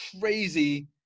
crazy